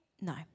No